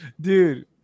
dude